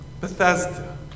Bethesda